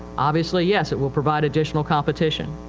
obviously, yes, it will provide additional competition.